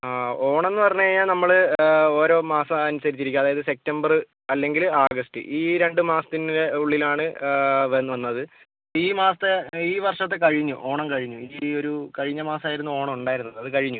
ഓണമെന്ന് പറഞ്ഞുകഴിഞ്ഞാൽ നമ്മൾ ഓരോ മാസം അനുസരിച്ച് ഇരിക്കും അതായത് സെപ്റ്റംബറ് അല്ലെങ്കിൽ ഓഗസ്റ്റ് ഈ രണ്ട് മാസത്തിന് ഉള്ളിൽ ആണ് വരുന്നത് ഈ മാസത്തെ ഈ വർഷത്തെ കഴിഞ്ഞു ഓണം കഴിഞ്ഞു ഈ ഒരു കഴിഞ്ഞ മാസം ആയിരുന്നു ഓണം ഉണ്ടായിരുന്നത് അത് കഴിഞ്ഞു